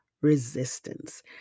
resistance